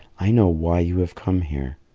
i know why you have come here.